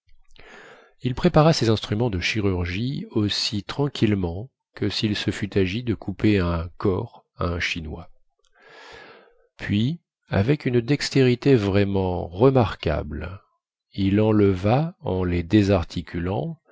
il prépara ses instruments de chirurgie aussi tranquillement que sil se fût agi de couper un cor à un chinois puis avec une dextérité vraiment remarquable il enleva en les désarticulant